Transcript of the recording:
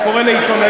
זה קורה לעיתונאים,